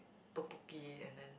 tteokbokki and then